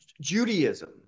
Judaism